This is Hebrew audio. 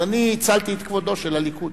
אז אני הצלתי את כבודו של הליכוד.